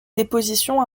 déposition